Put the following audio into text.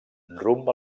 rumb